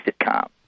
sitcom